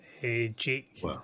Jake